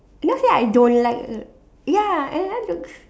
I never say I don't like it ya and Anna